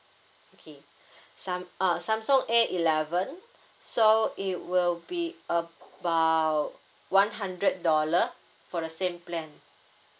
okay sam~ uh samsung A eleven so it will be about one hundred dollar for the same plan